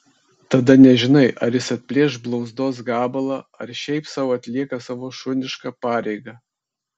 tada nežinai ar jis atplėš blauzdos gabalą ar šiaip sau atlieka savo šunišką pareigą